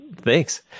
Thanks